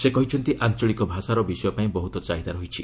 ସେ କହିଛନ୍ତି ଆଞ୍ଚଳିକ ଭାଷାର ବିଷୟ ପାଇଁ ବହୁତ ଚାହିଦା ରହିଛି